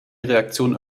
reaktion